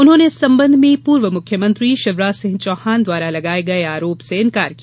उन्होंने इस संबंध में पूर्व मुख्यमंत्री शिवराज सिंह चौहान द्वारा लगाये गये आरोप से इंकार किया